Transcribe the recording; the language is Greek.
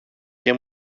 και